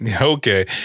okay